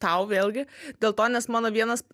tau vėlgi dėl to nes mano vienas